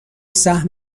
سهم